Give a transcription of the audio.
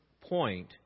point